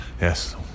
Yes